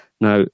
Now